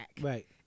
Right